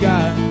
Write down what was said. God